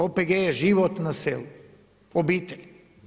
OPG je život na selu, obitelj.